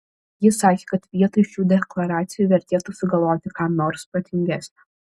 jis sakė kad vietoj šių deklaracijų vertėtų sugalvoti ką nors protingesnio